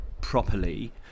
properly